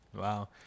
Wow